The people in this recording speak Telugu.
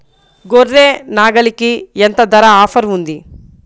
గొర్రె, నాగలికి ఎంత ధర ఆఫర్ ఉంది?